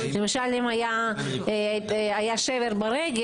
למשל אם היה שבר ברגל,